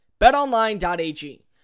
BetOnline.ag